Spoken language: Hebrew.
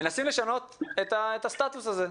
מנסים לשנות את הסטטוס הזה.